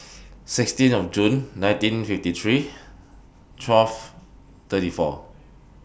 sixteenth June nineteen fifty three twelve thirty four